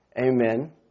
Amen